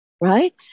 Right